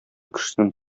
кешесенең